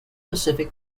pacific